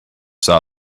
saw